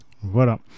Voilà